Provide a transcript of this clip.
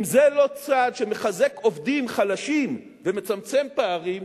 זה לא צעד שמחזק עובדים חלשים ומצמצם פערים,